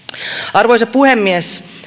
arvoisa puhemies